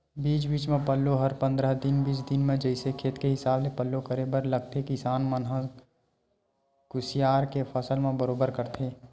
बीच बीच म पल्लो हर पंद्रह दिन बीस दिन म जइसे खेत के हिसाब ले पल्लो करे बर लगथे किसान मन ह कुसियार के फसल म बरोबर करथे